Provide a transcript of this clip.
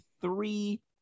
three –